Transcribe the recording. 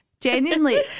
genuinely